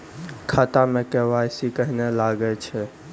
खाता मे के.वाई.सी कहिने लगय छै?